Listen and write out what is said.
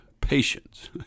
patience